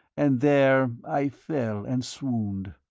and there i fell and swooned.